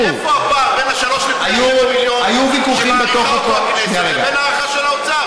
איפה הפער בין 3.7 מיליון שמעריכה אותו הכנסת לבין ההערכה של האוצר?